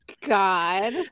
god